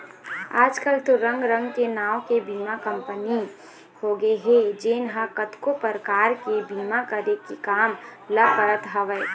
आजकल तो रंग रंग के नांव के बीमा कंपनी होगे हे जेन ह कतको परकार के बीमा करे के काम ल करत हवय